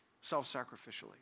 Self-sacrificially